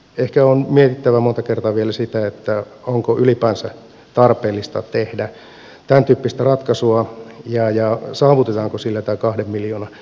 ehkä on mietittävä monta kertaa vielä sitä onko ylipäänsä tarpeellista tehdä tämäntyyppistä ratkaisua ja saavutetaanko sillä tämä kahden miljoonan euron säästö